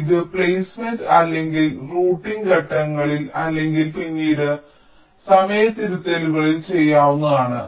ഇത് പ്ലേസ്മെന്റ് അല്ലെങ്കിൽ റൂട്ടിംഗ് ഘട്ടങ്ങളിൽ അല്ലെങ്കിൽ പിന്നീട് സമയ തിരുത്തലുകളിൽ ചെയ്യാവുന്നതാണ്